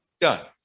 Done